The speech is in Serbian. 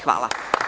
Hvala.